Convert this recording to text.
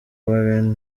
warren